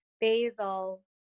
basil